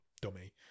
dummy